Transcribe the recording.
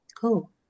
Cool